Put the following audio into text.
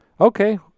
Okay